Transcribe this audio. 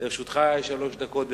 לרשותך שלוש דקות.